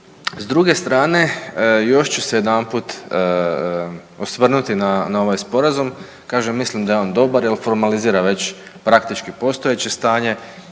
S druge strane još ću se jedanput osvrnuti na ovaj Sporazum. Kažem, mislim da je on dobar jer formalizira već praktički postojeće stanje.